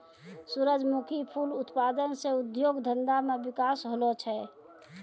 सुरजमुखी फूल उत्पादन से उद्योग धंधा मे बिकास होलो छै